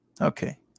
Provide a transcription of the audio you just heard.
Okay